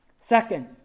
Second